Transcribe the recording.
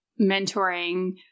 mentoring